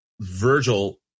virgil